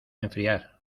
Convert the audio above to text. enfriar